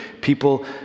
people